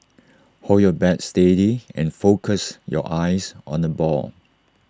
hold your bat steady and focus your eyes on the ball